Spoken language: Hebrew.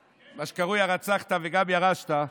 זה מה שקרוי הרצחת וגם ירשת,